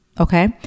Okay